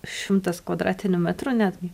šimtas kvadratinių metrų netgi